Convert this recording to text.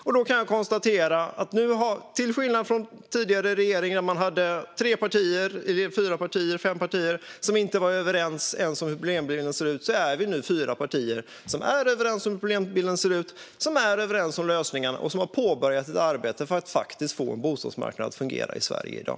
Jag kan konstatera att vi, till skillnad från den tidigare regeringen, där tre, fyra eller fem partier inte ens var överens om hur problembilden såg ut, nu är fyra partier som är överens om hur problembilden ser ut, som är överens om lösningarna och som har påbörjat ett arbete för att få en bostadsmarknad som faktiskt fungerar i Sverige i dag.